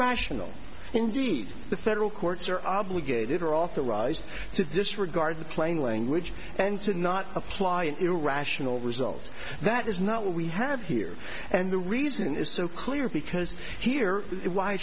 irrational indeed the federal courts are obligated or off the rise to disregard the plain language and to not apply an irrational result that is not what we have here and the reason is so clear because here